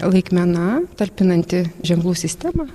laikmena talpinanti ženklų sistemą